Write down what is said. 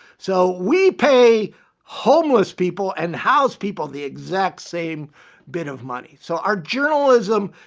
so we pay homeless people and house people the exact same bit of money. so our journalism,